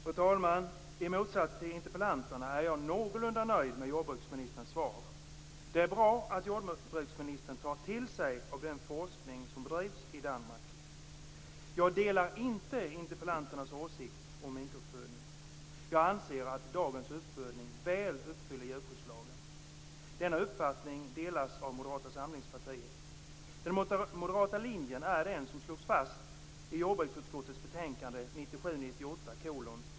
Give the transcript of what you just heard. Fru talman! I motsats till interpellanterna är jag någorlunda nöjd med jordbruksministerns svar. Det är bra att jordbruksministern tar till sig av den forskning som bedrivs i Danmark. Jag delar inte interpellanternas åsikt om minkuppfödning. Jag anser att dagens uppfödning väl uppfyller intentionerna i djurskyddslagen. Denna uppfattning delas av Moderata samlingspartiet. Den moderata linjen slås fast i jordbruksutskottets betänkande 1997/98:JoU12.